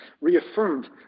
reaffirmed